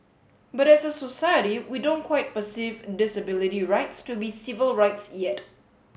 but as a society we don't quite perceive disability rights to be civil rights yet